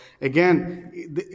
again